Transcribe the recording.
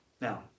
Now